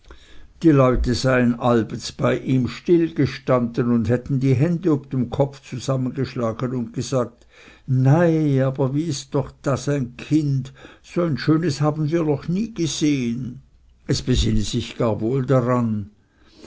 die leute seien allbets bei ihm stillgestanden und hatten die hände ob dem kopf zusammengeschlagen und gesagt nei aber wie ist das doch ein kind so ein schönes haben wir noch nie gesehen es besinne sich gar wohl daran